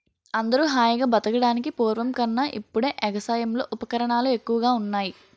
అందరూ హాయిగా బతకడానికి పూర్వం కన్నా ఇప్పుడే ఎగసాయంలో ఉపకరణాలు ఎక్కువగా ఉన్నాయ్